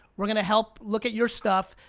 we're gonna help look at your stuff,